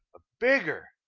a beggar.